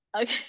okay